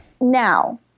Now